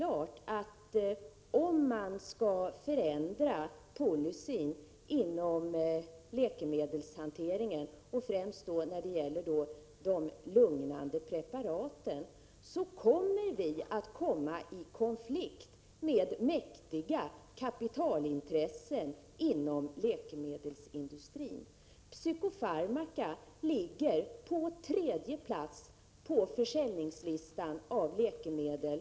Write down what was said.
Om man skall förändra policyn i fråga om läkemedelshanteringen — det gäller då främst de lugnande preparaten — kommer man helt klart att komma i konflikt med mäktiga kapitalintressen inom läkemedelsindustrin. Psykofarmaka ligger på tredje plats på försäljningslistan när det gäller läkemedel.